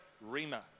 rima